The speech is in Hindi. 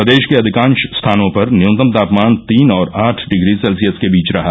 प्रदेश के अधिकांश स्थानों पर न्यूनतम तापमान तीन और आठ डिग्री सेल्सियस के बोच रहा